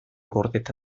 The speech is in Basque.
gordeta